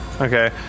Okay